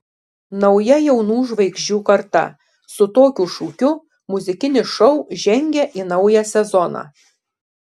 nauja jaunų žvaigždžių karta su tokiu šūkiu muzikinis šou žengia į naują sezoną